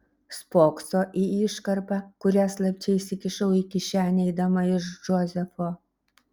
spokso į iškarpą kurią slapčia įsikišau į kišenę eidama iš džozefo